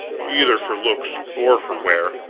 either for looks or for wear,